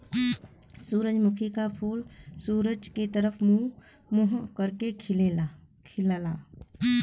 सूरजमुखी क फूल सूरज के तरफ मुंह करके खिलला